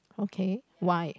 okay why